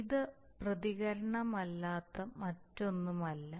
ഇത്പ്രതികരണമല്ലാതെ മറ്റൊന്നുമല്ല